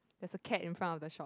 there's a cat in front of the shop